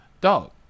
Dog